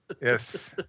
Yes